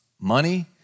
money